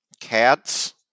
Cats